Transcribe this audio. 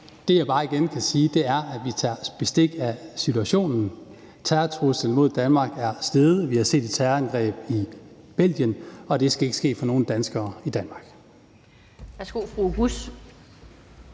Det, jeg bare igen kan sige, er, at vi tager bestik af situationen. Terrortruslen mod Danmark er steget. Vi har set et terrorangreb i Belgien, og det skal ikke ske for nogen danskere eller i Danmark.